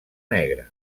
negre